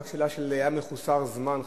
רק שאלה של חוסר זמן,